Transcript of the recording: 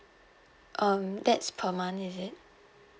um that's per month is it